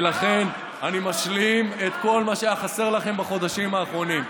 ולכן אני משלים את כל מה שהיה חסר לכם בחודשים האחרונים.